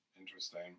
Interesting